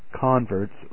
converts